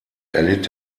erlitt